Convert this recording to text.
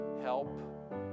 help